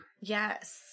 Yes